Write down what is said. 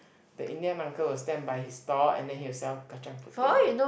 the Indian uncle will stand by his store and then he will sell kacang-puteh